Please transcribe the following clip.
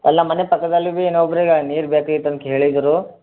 ಅಲ್ಲ ನಮ್ಮ ಮನೆ ಪಕ್ಕದಲ್ಲಿ ಬೀ ಇನ್ನೊಬ್ಬರಿಗೆ ನೀರು ಬೇಕಾಗಿತ್ತಂತ ಕೇಳಿದ್ದರು